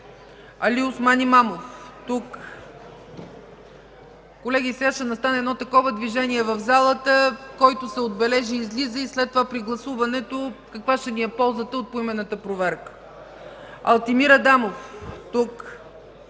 Алиосман Ибраим Имамов - тук Колеги, сега ще настане едно такова движение в залата – който се отбележи, излиза, и след това при гласуването каква ще ни е ползата от поименната проверка. Алтимир Емилов Адамов - тук